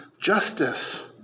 justice